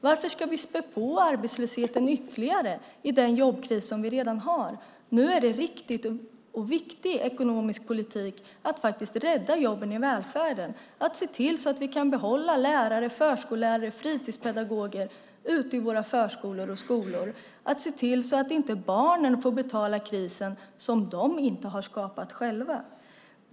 Varför ska vi spä på arbetslösheten ytterligare i den jobbkris som vi redan har? Nu är det en riktig och viktig ekonomisk politik att faktiskt rädda jobben i välfärden, att se till så att vi kan behålla lärare, förskollärare och fritidspedagoger ute i våra förskolor och skolor - att se till att inte barnen får betala krisen, som de inte har skapat själva.